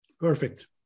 Perfect